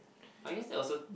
I guess that also